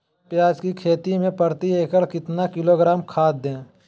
प्याज की खेती में प्रति एकड़ कितना किलोग्राम खाद दे?